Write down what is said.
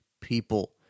people